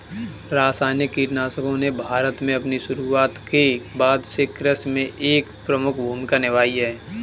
रासायनिक कीटनाशकों ने भारत में अपनी शुरूआत के बाद से कृषि में एक प्रमुख भूमिका निभाई है